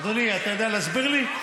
אדוני, אתה יודע להסביר לי?